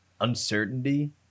uncertainty